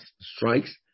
strikes